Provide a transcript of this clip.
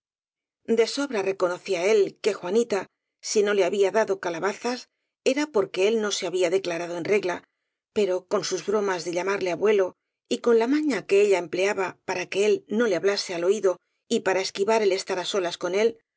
de sobra reconocía él que juanita si no le había dado calabaaas era porque él no se había declarado en regla pero con sus bromas de llamarle abuelo y con la maña que ella empleaba para que él no le hablase al oído y para esquivar el estar á solas con él